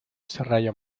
serrallo